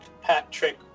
Patrick